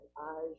eyes